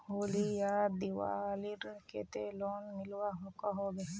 होली या दिवालीर केते लोन मिलवा सकोहो होबे?